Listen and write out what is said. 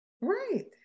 Right